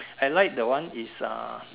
I like the one is uh